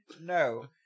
No